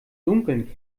dunkeln